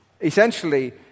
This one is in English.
Essentially